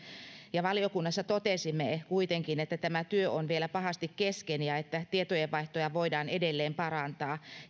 valiokunnassa totesimme kuitenkin että tämä työ on vielä pahasti kesken ja että tietojenvaihtoa voidaan edelleen parantaa